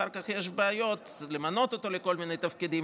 אחר כך יש בעיות למנות אותו לכל מיני תפקידים,